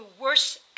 worse